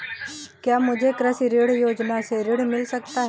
क्या मुझे कृषि ऋण योजना से ऋण मिल सकता है?